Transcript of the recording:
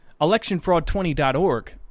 electionfraud20.org